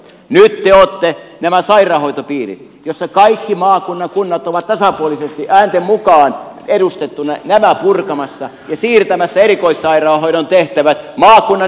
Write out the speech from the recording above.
nyt te olette nämä sairaanhoitopiirit joissa kaikki maakunnan kunnat ovat tasapuolisesti äänten mukaan edustettuina purkamassa ja siirtämässä erikoissairaanhoidon tehtävät maakunnan ykköskunnalle